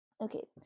Okay